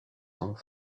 sont